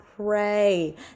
Pray